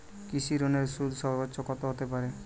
কৃষিঋণের সুদ সর্বোচ্চ কত হতে পারে?